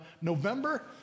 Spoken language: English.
November